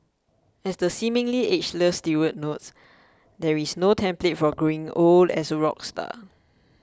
as the seemingly ageless Stewart notes there is no template for growing old as a rock star